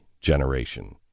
generation